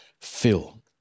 fill